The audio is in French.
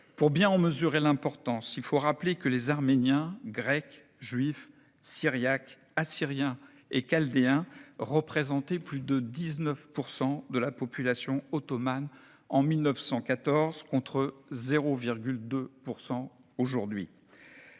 Pour bien en mesurer l'importance, il faut rappeler que les Arméniens, Grecs, Juifs, Syriaques, Assyriens et Chaldéens représentaient plus de 19 % de la population ottomane en 1914, contre 0,2 % aujourd'hui.